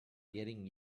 getting